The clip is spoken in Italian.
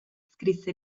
scrisse